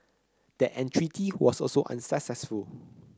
that entreaty was also unsuccessful